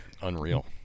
unreal